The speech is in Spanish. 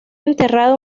enterrado